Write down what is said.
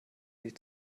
dich